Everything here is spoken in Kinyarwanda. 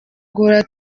guhora